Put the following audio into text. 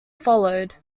followed